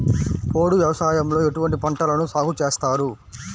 పోడు వ్యవసాయంలో ఎటువంటి పంటలను సాగుచేస్తారు?